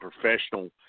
professional